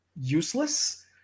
useless